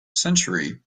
century